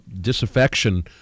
disaffection